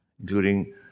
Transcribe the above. including